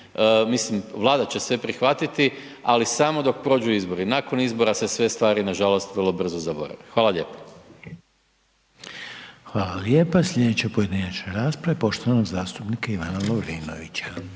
mislim Vlada će sve prihvatiti, ali samo dok prođu izbori, nakon izbora se sve stvari nažalost vrlo brzo zaborave. Hvala lijepo. **Reiner, Željko (HDZ)** Hvala lijepa. Slijedeća pojedinačna rasprava je poštovanog zastupnika Ivana Lovrinovića.